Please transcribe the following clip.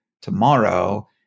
tomorrow